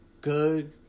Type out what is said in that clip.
good